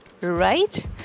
Right